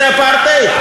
זה אפרטהייד,